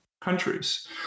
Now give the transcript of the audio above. countries